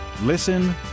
Listen